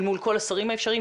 אל מול כל השרים האפשריים.